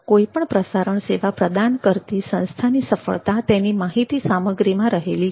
કોઈપણ પ્રસારણ સેવા પ્રદાન કરતી સંસ્થાની સફળતા તેની માહિતી સામગ્રીમાં રહેલી છે